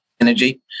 energy